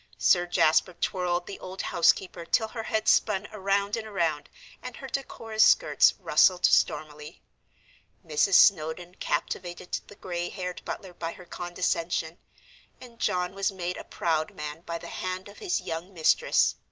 sir jasper twirled the old housekeeper till her head spun around and around and her decorous skirts rustled stormily mrs. snowdon captivated the gray-haired butler by her condescension and john was made a proud man by the hand of his young mistress.